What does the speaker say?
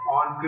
on